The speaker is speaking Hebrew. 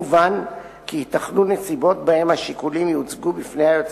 מובן כי ייתכנו נסיבות שבהן השיקולים יוצגו בפני היועץ